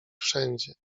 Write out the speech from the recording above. wszędzie